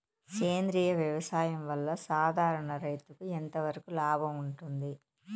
సేంద్రియ వ్యవసాయం వల్ల, సాధారణ రైతుకు ఎంతవరకు లాభంగా ఉంటుంది?